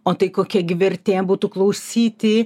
o tai kokia gi vertė būtų klausyti